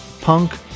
punk